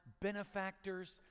benefactors